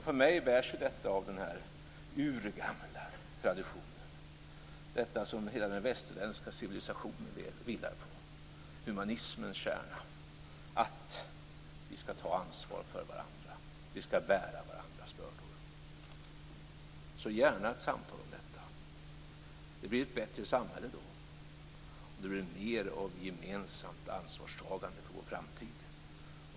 För mig bärs detta av den urgamla tradition som hela den västerländska civilisationen lever vidare på, humanismens kärna; att vi skall ta ansvar för varandra, att vi skall bära varandras bördor. Så gärna ett samtal om detta. Det blir då ett bättre samhälle, och det blir mer av gemensamt ansvarstagande för vår framtid.